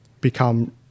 become